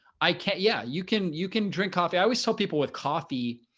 i can. yeah, you can. you can drink coffee. i was so people with coffee.